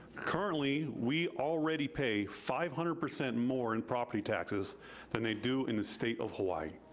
currently, we already pay five hundred percent more in property taxes than they do in the state of hawaii.